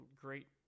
great